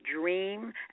dream